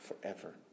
forever